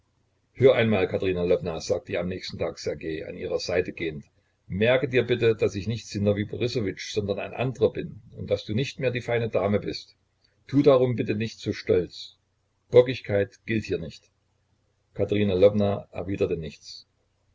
hör einmal katerina lwowna sagte ihr am nächsten tage ssergej an ihrer seite gehend merke dir bitte daß ich nicht sinowij borissowitsch sondern ein anderer bin und daß du nicht mehr die feine dame bist tu darum bitte nicht so stolz bockigkeit gilt hier nicht katerina lwowna erwiderte nichts